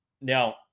Now